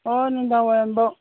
ꯑꯣ ꯅꯨꯡꯗꯥꯡ ꯋꯥꯏꯔꯝꯕꯥꯎ